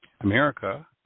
America